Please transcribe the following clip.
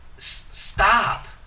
stop